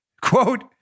quote